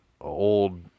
old